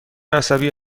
عصبی